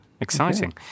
Exciting